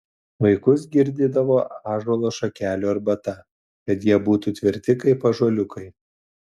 vaikus girdydavo ąžuolo šakelių arbata kad jie būtų tvirti kaip ąžuoliukai